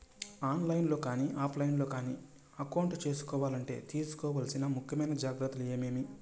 On line లో కానీ offline లో కానీ అకౌంట్ సేసుకోవాలంటే తీసుకోవాల్సిన ముఖ్యమైన జాగ్రత్తలు ఏమేమి?